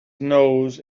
nose